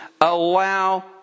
allow